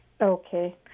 Okay